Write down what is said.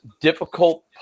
difficult